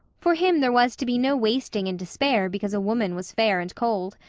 for him there was to be no wasting in despair because a woman was fair and cold.